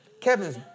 Kevin's